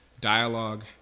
dialogue